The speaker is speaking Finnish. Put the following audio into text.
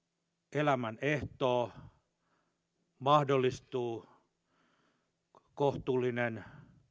elämän ehtoo mahdollistuu kohtuullinen